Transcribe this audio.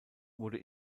wurde